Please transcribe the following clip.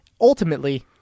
ultimately